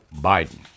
Biden